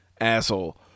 Asshole